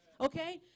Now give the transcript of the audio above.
Okay